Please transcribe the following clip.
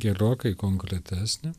gerokai konkretesnė